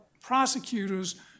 prosecutors